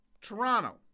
Toronto